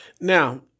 Now